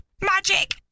Magic